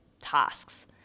tasks